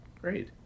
Great